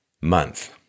month